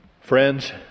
Friends